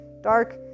dark